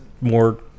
more